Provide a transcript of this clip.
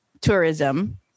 tourism